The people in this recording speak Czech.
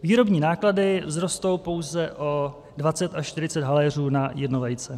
Výrobní náklady vzrostou pouze o 20 až 40 haléřů na jedno vejce.